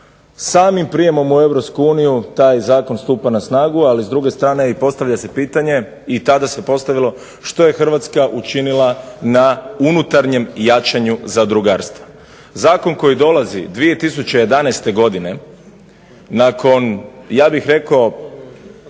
Samim prijemom u Europsku uniju taj zakon stupa na snagu, ali s druge strane i postavlja se pitanje i tada se postavilo što je Hrvatska učinila na unutarnjem jačanju zadrugarstva. Zakon koji dolazi 2011. godine nakon ja bih rekao